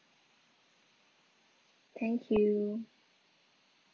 thank you